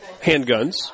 handguns